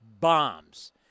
bombs